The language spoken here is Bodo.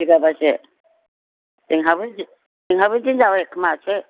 बिगाबासो जोंहाबो बिदिनो जाबायखोमा इसे